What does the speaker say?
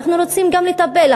אנחנו רוצים גם לטפל,